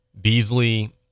Beasley